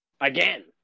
again